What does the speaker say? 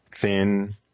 thin